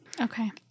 Okay